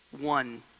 one